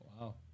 Wow